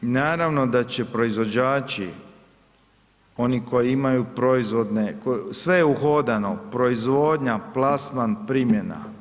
Naravno da će proizvođači, oni koji imaju proizvodne, sve je uhodano, proizvodnja, plasman, primjena.